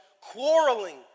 quarreling